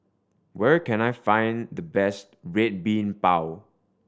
where can I find the best Red Bean Bao